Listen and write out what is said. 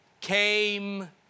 came